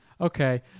Okay